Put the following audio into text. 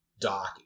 Dark